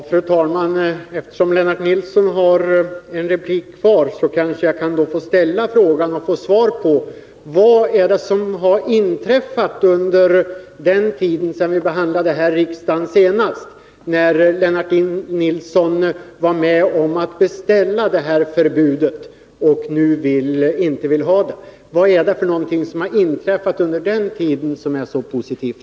Fru talman! Eftersom Lennart Nilsson har en replik kvar, kanske jag kan få ställa en fråga och få svar på den: Vad är det som har inträffat sedan vi senast behandlade detta ärende i riksdagen? Då var ju Lennart Nilsson med om att beställa det här förbudet men nu vill han inte ha det. Vad är det som har inträffat under den tiden som är så positivt?